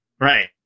Right